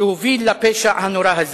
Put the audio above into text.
שהוביל לפשע הנורא הזה.